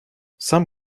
сам